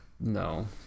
No